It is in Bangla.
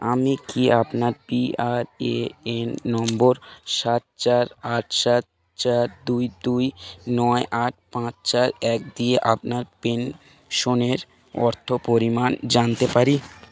আমি কি আপনার পিআরএএন নম্বর সাত চার আট সাত চার দুই দুই নয় আট পাঁচ চার এক দিয়ে আপনার পেনশনের অর্থ পরিমাণ জানতে পারি